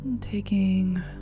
Taking